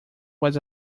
was